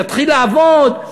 תתחיל לעבוד,